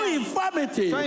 infirmity